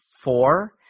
four